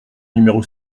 numéro